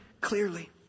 clearly